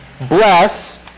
Bless